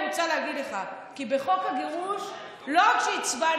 אני רוצה להגיד לך כי בחוק הגירוש לא רק שהצבענו,